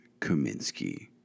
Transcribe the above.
Kaminsky